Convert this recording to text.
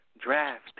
draft